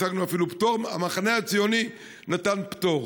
השגנו אפילו פטור, המחנה הציוני נתן פטור